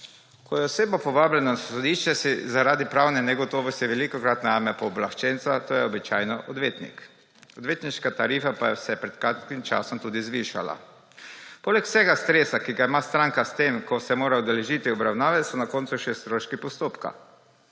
Ko je oseba povabljena na sodišče, si zaradi pravne negotovosti velikokrat najame pooblaščenca, to je običajno odvetnik. Odvetniška tarifa pa se je pred kratkim časom tudi zvišala. Poleg vsega stresa, ki ga ima stranka s tem, ko se mora udeležiti obravnave, so na koncu še stroški postopka.